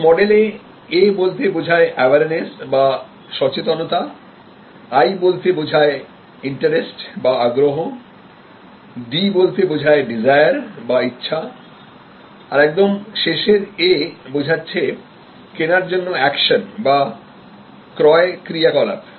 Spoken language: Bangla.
এই মডেলে A বলতে বোঝায় অ্যাওয়ারনেস বা সচেতনতা I বলতে বোঝায় ইন্টারেস্ট বা আগ্রহD বোঝায়Desire বা ইচ্ছা আর একদম শেষের A বোঝাচ্ছে কেনার জন্য একশন বা ক্রয় ক্রিয়াকলাপ